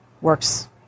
works